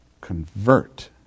convert